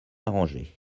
arrangé